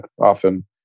often